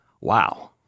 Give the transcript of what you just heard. wow